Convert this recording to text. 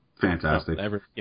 fantastic